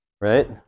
Right